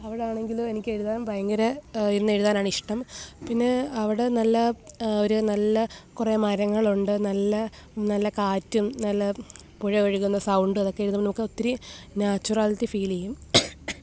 അവിടെ ആണെങ്കിൽ എനിക്കെഴുതാന് ഭയങ്കര ഇരുന്നെഴുതാനാണിഷ്ടം പിന്നെ അവിടെ നല്ല ഒര് നല്ല കുറെ മരങ്ങളുണ്ട് നല്ല നല്ല കാറ്റും നല്ല പുഴ ഒഴുകുന്ന സൗണ്ട് അതൊക്കെ എഴുതുമ്പം നമുക്ക് ഒത്തിരി നാച്ചുറാലിറ്റി ഫീൽ ചെയ്യും